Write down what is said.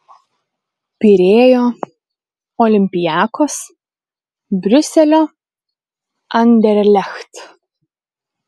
pirėjo olympiakos briuselio anderlecht